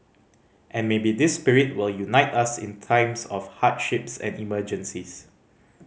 and maybe this spirit will unite us in times of hardships and emergencies